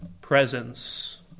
presence